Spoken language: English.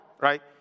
right